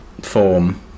Form